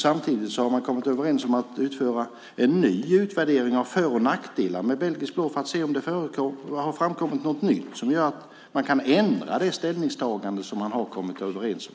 Samtidigt har man kommit överens om att utföra en ny utvärdering av för och nackdelar med belgisk blå för att se om det har framkommit något nytt som gör att man kan ändra det ställningstagande som man har kommit överens om.